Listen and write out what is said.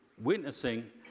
witnessing